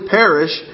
perish